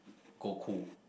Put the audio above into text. Goku